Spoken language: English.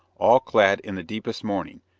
all clad in the deepest mourning,